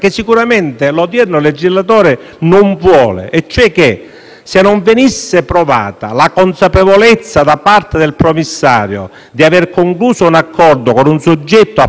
e cioè che, se non venisse provata la consapevolezza da parte del promissario di aver concluso un accordo con un soggetto appartenente ad una organizzazione mafiosa,